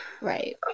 right